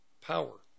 power